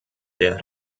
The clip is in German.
der